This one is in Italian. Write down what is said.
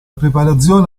preparazione